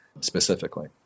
specifically